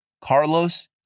Carlos